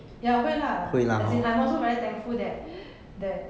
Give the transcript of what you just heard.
ya 会 lah as in I'm also very thankful that that